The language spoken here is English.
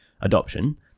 adoption